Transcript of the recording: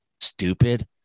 stupid